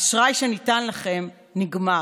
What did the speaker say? האשראי שניתן לכם נגמר.